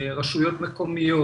רשויות מקומיות